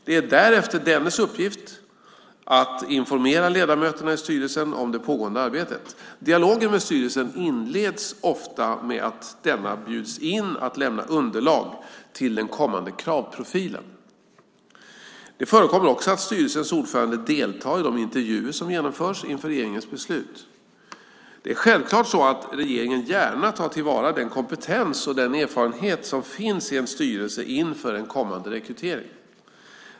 Det är därefter dennes uppgift att informera ledamöterna i styrelsen om det pågående arbetet. Dialogen med styrelsen inleds ofta med att denna bjuds in att lämna underlag till den kommande kravprofilen. Det förekommer också att styrelsens ordförande deltar i de intervjuer som genomförs inför regeringens beslut. Det är självklart så att regeringen gärna tar till vara den kompetens och den erfarenhet som finns i en styrelse inför en kommande rekrytering.